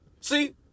See